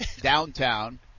downtown